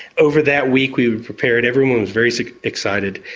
over that week we prepared, everyone was very excited.